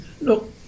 look